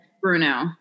Bruno